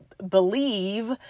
believe